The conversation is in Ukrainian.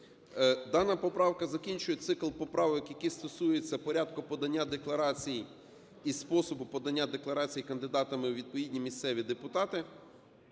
Дана поправка закінчує цикл поправок, які стосуються порядку подання декларацій і способу подання декларацій кандидатами в відповідні місцеві депутати.